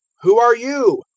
who are you?